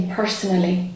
personally